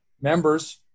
members